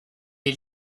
est